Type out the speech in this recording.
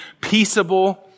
peaceable